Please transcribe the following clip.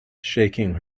shaking